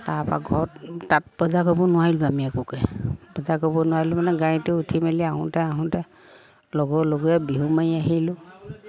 তাৰপৰা ঘৰত তাত বজাৰ কৰিব নোৱাৰিলোঁৱে আমি একোকে বজাৰ কৰিব নোৱাৰিলোঁ মানে গাড়ীতে উঠি মেলি আহোঁতে আহোঁতে লগৰ লগৰীয়া বিহু মাৰি আহিলোঁ